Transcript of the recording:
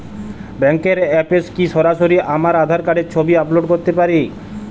ব্যাংকের অ্যাপ এ কি সরাসরি আমার আঁধার কার্ডের ছবি আপলোড করতে পারি?